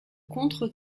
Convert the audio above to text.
contre